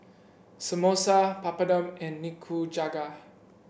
Samosa Papadum and Nikujaga